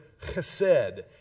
chesed